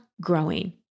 growing